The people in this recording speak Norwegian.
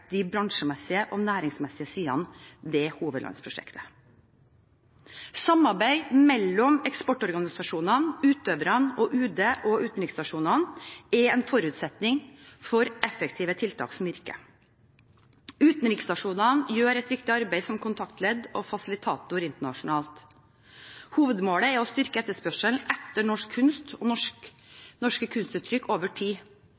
de vektlegger de bransjemessige og næringsmessige sidene ved hovedlandsprosjektet. Samarbeid mellom eksportorganisasjonene, utøverne, UD og utenriksstasjonene er en forutsetning for effektive tiltak som virker. Utenriksstasjonene gjør et viktig arbeid som kontaktledd og fasilitatorer internasjonalt. Hovedmålet er å styrke etterspørselen etter norsk kunst og norske kunstuttrykk over tid.